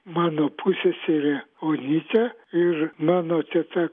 mano pusseserė onytė ir mano teta